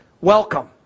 welcome